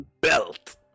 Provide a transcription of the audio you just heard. belt